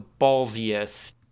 ballsiest